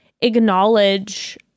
acknowledge